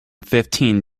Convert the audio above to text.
fifteen